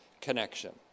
connection